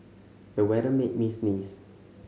the weather made me sneeze